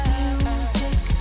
music